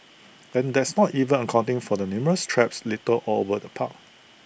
and that's not even accounting for the numerous traps littered all over the park